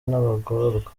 n’abagororwa